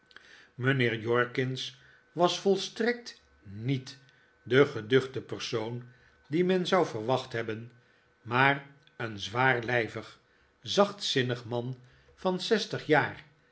mijnheer jorkins was volstrekt niet de geduchte persoon dien men zou verwacht hebben maar een zwaarlijvig zachtzinnig man van zestig jaar